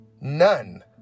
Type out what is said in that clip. None